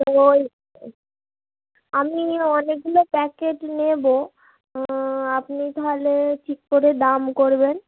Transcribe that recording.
তো ওই আমি অনেকগুলো প্যাকেট নেবো আপনি তাহলে ঠিক করে দাম করবেন